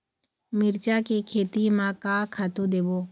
मिरचा के खेती म का खातू देबो?